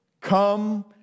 come